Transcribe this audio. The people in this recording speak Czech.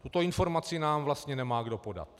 Tuto informaci nám vlastně nemá kdo podat.